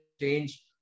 change